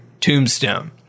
tombstone